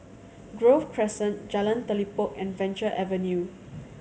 Grove Crescent Jalan Telipok and Venture Avenue